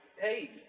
Hey